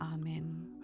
Amen